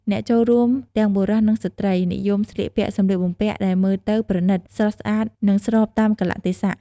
អ្នកចូលរួមទាំងបុរស និងស្ត្រី និយមស្លៀកពាក់សម្លៀកបំពាក់ដែលមើលទៅប្រណិត ស្រស់ស្អាត និងស្របតាមកាលៈទេសៈ។